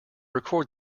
record